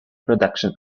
production